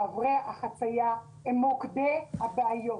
מעברי החציה הם מוקדי הבעיות.